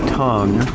tongue